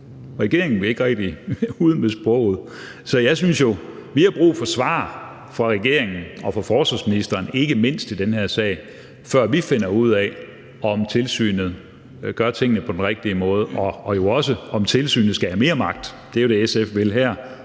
Regeringen vil ikke rigtig ud med sproget, så jeg synes jo, at vi har brug for svar fra regeringen og fra forsvarsministeren, ikke mindst, i den her sag, før vi finder ud af, om tilsynet gør tingene på den rigtige måde, og jo også, om tilsynet skal have mere magt. Det er jo det, SF vil her.